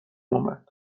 اومد